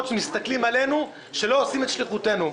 שמסתכלים עלינו שלא עושים את שליחותנו.